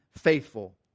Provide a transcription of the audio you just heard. faithful